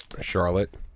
Charlotte